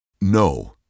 No